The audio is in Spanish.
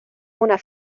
una